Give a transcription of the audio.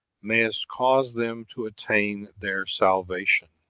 mayest cause them to attain their salvation.